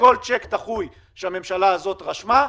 כל צ'ק דחוי שהממשלה הזאת רשמה,